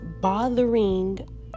bothering